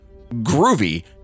Groovy